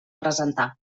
presentar